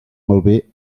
malbé